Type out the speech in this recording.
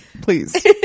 please